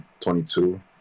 22